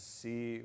see